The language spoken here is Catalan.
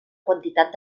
quantitat